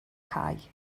cau